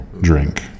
drink